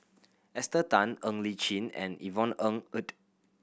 Esther Tan Ng Li Chin and Yvonne Ng Uhde